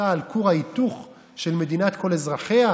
צה"ל כור ההיתוך של מדינת כל אזרחיה?